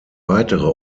weitere